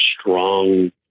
strong